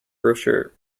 brochure